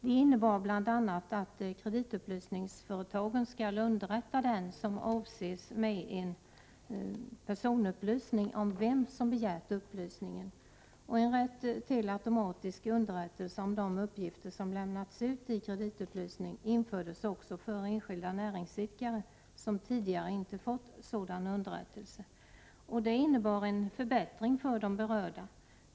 De innebar bl.a. att kreditupplysningsföretagen skall underrätta den som avses med en personupplysning om vem som begärt upplysningen. En rätt till automatisk underrättelse om de uppgifter som har lämnats ut i kreditupplysning infördes också för enskilda näringsidkare, som tidigare inte fått sådan underrättelse. Detta innebar en förbättring för de berörda.